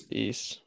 Peace